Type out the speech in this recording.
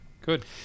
Good